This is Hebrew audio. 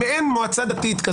מעין מועצה דתית.